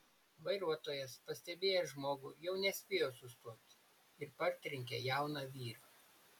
vairuotojas pastebėjęs žmogų jau nespėjo sustoti ir partrenkė jauną vyrą